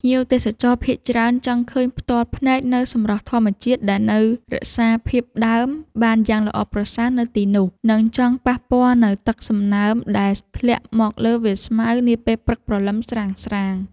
ភ្ញៀវទេសចរភាគច្រើនចង់ឃើញផ្ទាល់ភ្នែកនូវសម្រស់ធម្មជាតិដែលនៅរក្សាភាពដើមបានយ៉ាងល្អប្រសើរនៅទីនោះ និង ចង់ប៉ះពាល់នូវទឹកសន្សើមដែលធ្លាក់មកលើវាលស្មៅនាពេលព្រឹកព្រលឹមស្រាងៗ។